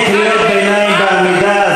אין קריאות ביניים בעמידה.